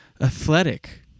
athletic